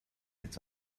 its